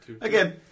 Again